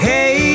Hey